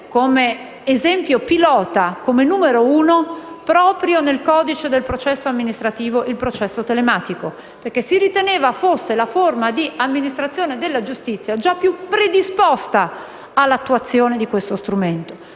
come esempio pilota, come numero 1, nel codice del processo amministrativo proprio il processo telematico, perché si riteneva che fosse la forma di amministrazione della giustizia già più predisposta all'attuazione di questo strumento,